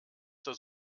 zur